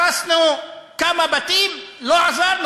הרסנו כמה בתים, לא עזר?